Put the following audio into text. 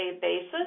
basis